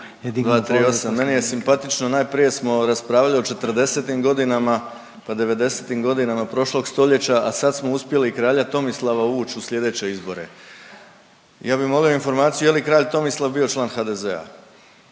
238. meni je simpatično najprije smo raspravljali o četrdesetim godinama, pa devedesetim godinama prošlog stoljeća, a sad smo uspjeli i kralja Tomislava uvuć u sljedeće izbore. Ja bi molio informaciju je li kralj Tomislav bio član HDZ-a,